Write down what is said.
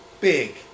big